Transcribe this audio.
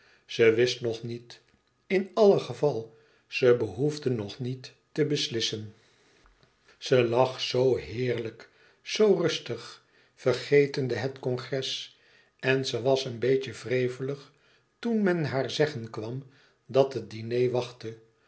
ze wist nog niet in alle geval ze behoefde nog niet te beslissen ze lag zoo heerlijk zoo rustig vergetende het congres en ze was een beetje wrevelig toen men haar zeggen kwam dat het diner wachtte